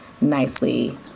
nicely